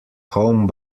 home